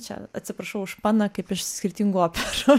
čia atsiprašau už paną kaip iš skirtingų operų